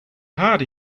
harder